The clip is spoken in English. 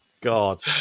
God